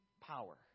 power